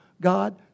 God